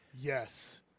Yes